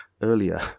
earlier